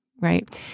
right